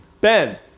Ben